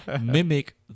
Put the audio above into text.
mimic